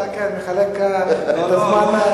אתה כאן מחלק את הזמן,